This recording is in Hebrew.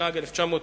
התשנ"ג 1993,